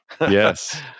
Yes